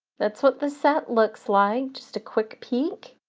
that's what the set looks like just a quick peek.